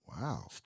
Wow